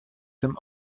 dem